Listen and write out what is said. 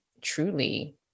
truly